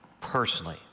personally